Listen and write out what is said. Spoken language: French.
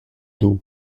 d’eau